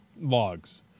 logs